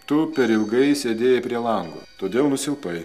tu per ilgai sėdėjai prie lango todėl nusilpai